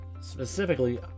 specifically